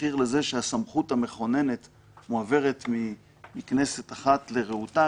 מחיר לזה שהסמכות המכוננת מועברת מכנסת אחת לרעותה,